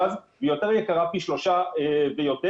היא יותר יקרה פי שלושה ויותר.